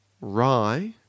Rye